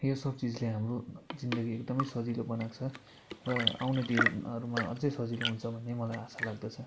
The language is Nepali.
यो सब चिजले हाम्रो जिन्दगी एकदमै सजिलो बनाएको छ र आउने दिनहरूमा अझै सजिलो हुन्छ भन्ने मलाई आशा लाग्दछ